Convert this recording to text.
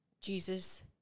Jesus